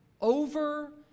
over